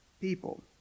people